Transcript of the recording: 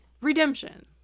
redemption